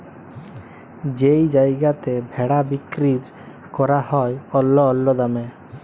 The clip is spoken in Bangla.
যেই জায়গাতে ভেড়া বিক্কিরি ক্যরা হ্যয় অল্য অল্য দামে